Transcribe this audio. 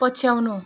पछ्याउनु